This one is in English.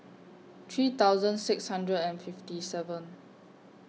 three thousand six hundred and fifty seven